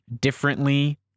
differently